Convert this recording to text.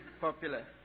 popular